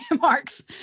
Mark's